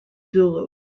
zulu